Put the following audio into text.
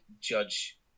judge